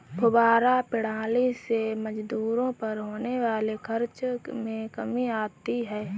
फौव्वारा प्रणाली से मजदूरों पर होने वाले खर्च में कमी आती है